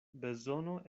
bezono